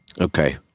okay